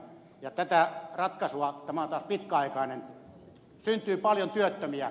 ja tämä ratkaisu on taas pitkäaikainen syntyy paljon työttömiä